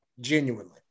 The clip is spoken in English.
Genuinely